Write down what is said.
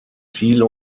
ziele